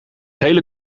hele